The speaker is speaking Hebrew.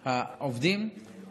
אז הוא לא פנה.